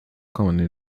commonly